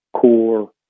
core